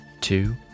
two